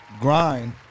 grind